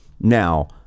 Now